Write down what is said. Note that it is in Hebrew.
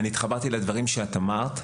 אני התחברתי לדברים שאת אמרת.